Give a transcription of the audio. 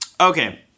Okay